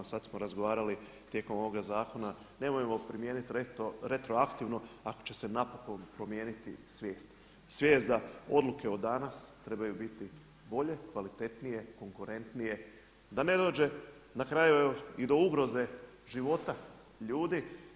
Sad smo razgovarali tijekom ovoga zakona, nemojmo primijeniti retroativno ako će se napokon promijeniti svijest, svijest da odluke od danas trebaju biti bolje, kvalitetnije, konkurentnije, da ne dođe na kraju i do ugroze života ljudi.